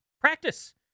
Practice